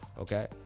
okay